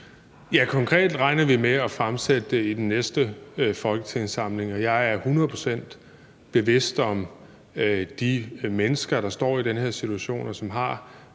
Konkret regner vi med at fremsætte det i den næste folketingssamling. Jeg er hundrede procent bevidst om de mennesker, der står i den her situation, og som